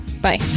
bye